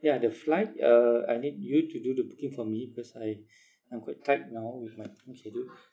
ya the flight uh I need you to do the booking for me because I I'm quite tight now with my things to do